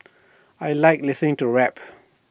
I Like listening to rap